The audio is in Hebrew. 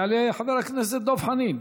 יעלה חבר הכנסת דב חנין,